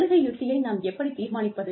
சலுகை யுக்தியை நாம் எப்படித் தீர்மானிப்பது